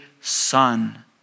son